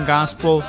Gospel